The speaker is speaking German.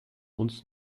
uns